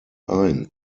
ein